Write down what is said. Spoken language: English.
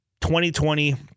2020